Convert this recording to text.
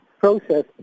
process